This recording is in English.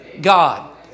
God